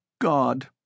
God